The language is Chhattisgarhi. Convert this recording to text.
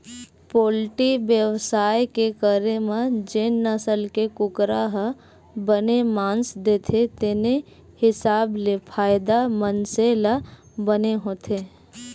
पोल्टी बेवसाय के करे म जेन नसल के कुकरा ह बने मांस देथे तेने हिसाब ले फायदा मनसे ल बने होथे